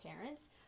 parents